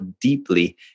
deeply